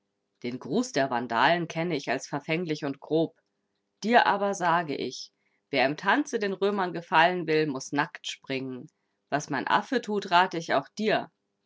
den gruß der vandalen kenne ich als verfänglich und grob dir aber sage ich wer im tanze den römern gefallen will muß nackt springen was mein affe tut rate ich auch dir